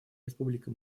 республика